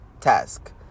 task